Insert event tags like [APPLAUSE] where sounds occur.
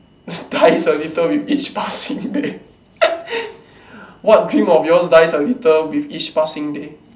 [LAUGHS] dies a little with each passing day [LAUGHS] what dream of yours dies a little with each passing day